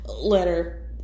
letter